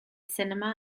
sinema